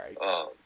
right